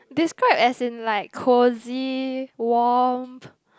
describe as in like cosy warm